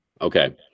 okay